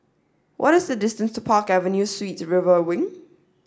what is the distance to Park Avenue Suites River Wing